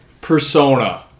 Persona